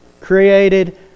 created